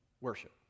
worship